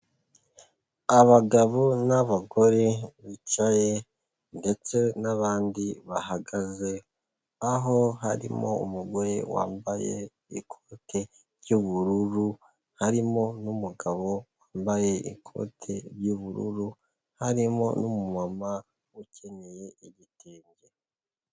Abagabo n'abagore bicaye ndetse n'abandi bahagaze. Aho harimo umugore wambaye ikote ry'ubururu, harimo n'umugabo wambaye ikote ry'ubururu, harimo n'umumama ukenyeye igitenge.